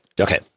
Okay